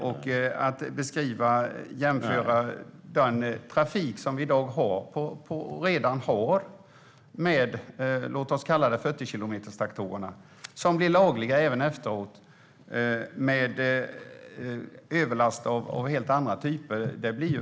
Det blir väldigt rörigt att jämföra den trafik som vi i dag redan har med 40-kilometerstraktorerna, som även fortsättningsvis kommer att vara lagliga, med överlast av helt andra typer.